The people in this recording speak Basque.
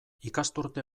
ikasturte